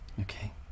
okay